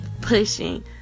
pushing